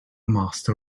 master